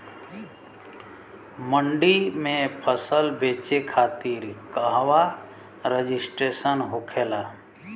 मंडी में फसल बेचे खातिर कहवा रजिस्ट्रेशन होखेला?